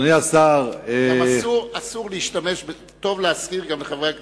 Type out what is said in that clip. טוב להזכיר לחברי הכנסת,